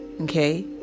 okay